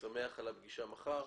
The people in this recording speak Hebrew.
שמח על הפגישה מחר.